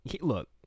Look